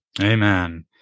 Amen